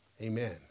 Amen